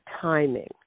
timing